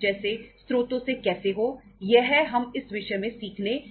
जैसे स्त्रोतों से कैसे हो यह हम इस विषय में सीखने जा रहे हैं